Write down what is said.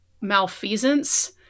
malfeasance